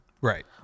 Right